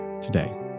today